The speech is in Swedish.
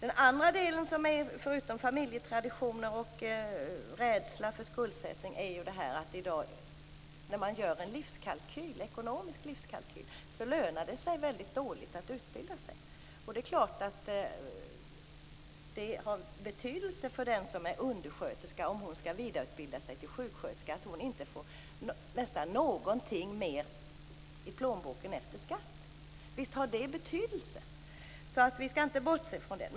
En annan faktor av betydelse, förutom familjetraditioner och rädsla för skuldsättning, är att när man i dag gör en ekonomisk livskalkyl ser man att det lönar sig väldigt dåligt att utbilda sig. Det är klart att det har betydelse för den som är undersköterska och skall vidareutbilda sig till sjuksköterska om hon nästan inte får någonting mer i plånboken efter skatt. Visst har det betydelse. Vi skall inte bortse från det.